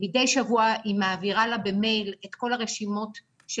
מדי שבוע היא מעבירה לה במייל את כל הרשימות של